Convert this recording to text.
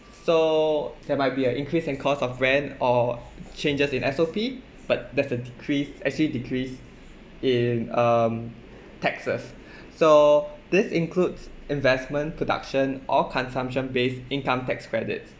so that might be a increase in cost of rent or changes in S_O_P but there's a decreased actually decrease in um taxes so this includes investment production or consumption based income tax credits